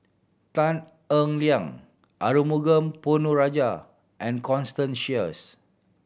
Tan Eng Liang Arumugam Ponnu Rajah and Constance Sheares